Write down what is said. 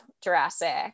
jurassic